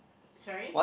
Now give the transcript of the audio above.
sorry